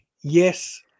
yes